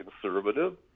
conservative